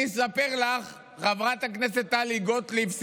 אני אספר לך סיפור, חברת הכנסת טלי גוטליב: